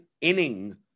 inning